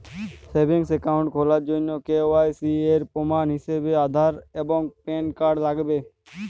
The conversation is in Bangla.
সেভিংস একাউন্ট খোলার জন্য কে.ওয়াই.সি এর প্রমাণ হিসেবে আধার এবং প্যান কার্ড লাগবে